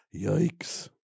yikes